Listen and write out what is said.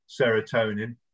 serotonin